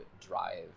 drive